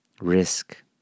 Risk